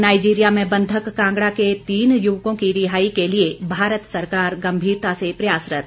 Nigeria में बंधक कांगड़ा के तीन युवकों की रिहाई के लिए भारत सरकार गंभीरता से प्रयासरत